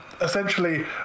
essentially